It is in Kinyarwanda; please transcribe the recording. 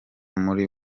muri